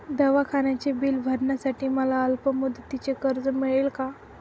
दवाखान्याचे बिल भरण्यासाठी मला अल्पमुदतीचे कर्ज मिळेल का?